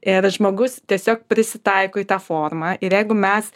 ir žmogus tiesiog prisitaiko į tą formą ir jeigu mes